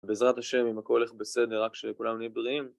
בעזרת השם, אם הכל הולך בסדר, רק שכולם נהיה בריאים.